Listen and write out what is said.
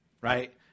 right